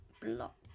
block